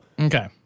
Okay